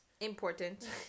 important